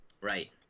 right